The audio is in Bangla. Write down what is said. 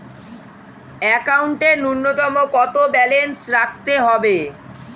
একাউন্টে নূন্যতম কত ব্যালেন্স রাখতে হবে?